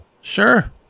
Sure